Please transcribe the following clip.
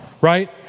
Right